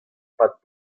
pad